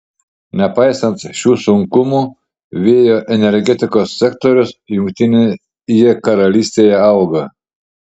nepaisant šių sunkumų vėjo energetikos sektorius jungtinėje karalystėje auga